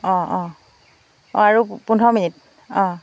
অঁ অঁ অঁ আৰু পোন্ধৰ মিনিট অঁ